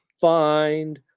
find